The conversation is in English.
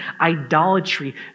idolatry